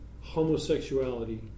homosexuality